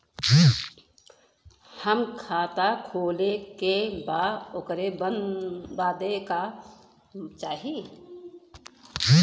हमके खाता खोले के बा ओकरे बादे का चाही?